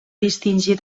distingir